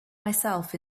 myself